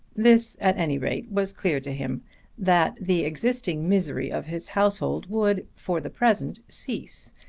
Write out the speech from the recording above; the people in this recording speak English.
this at any rate was clear to him that the existing misery of his household would for the present cease,